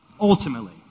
Ultimately